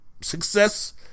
success